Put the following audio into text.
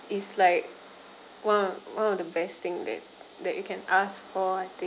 it's like one of the one of the best thing that that you can ask for I think